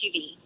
SUV